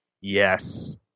Yes